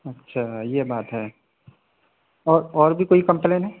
اچھا یہ بات ہے اور اور بھی کوئی کمپلین ہے